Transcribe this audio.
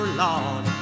lord